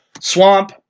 swamp